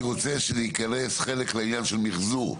רוצה שזה ייכנס חלק לעניין של מחזור.